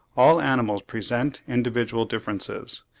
all animals present individual differences,